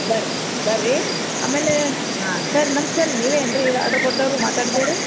ಬರ್ರಿ ಬರ್ರಿ ಆಮೇಲೆ ಹಾಂ ಸರ್ ನಮ್ಸ್ಕಾರ ರೀ ನೀವೇ ಏನು ರೀ ಆರ್ಡ್ರ್ ಕೊಟ್ಟರೂ ಮಾತಾಡದವ್ರು